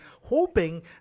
hoping